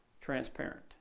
transparent